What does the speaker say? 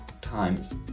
times